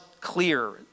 clear